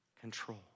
control